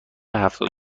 هفتاد